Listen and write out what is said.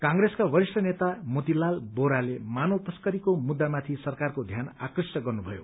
कप्रेसका वरिष्ठ नेता मोतीलाल बोहराले मानव तस्करीको मुद्दामाथि सरकारको ध्यान आकृष्ट गर्नुभयो